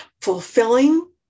fulfilling